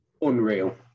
Unreal